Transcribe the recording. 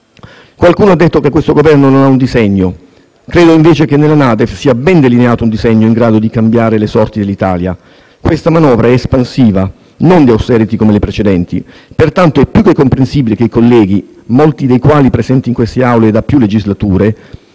Qualcuno ha detto che questo Governo non ha un disegno. Credo invece che nella NADEF sia ben delineato il disegno in grado di cambiare le sorti dell'Italia. Questa manovra è espansiva e non di *austerity* come le precedenti. Pertanto è più che comprensibile che i colleghi, molti dei quali presenti in quest'Aula da più legislature,